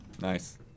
Nice